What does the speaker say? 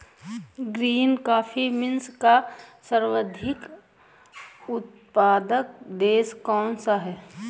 Green coffee beans का सर्वाधिक उत्पादक देश कौन सा है?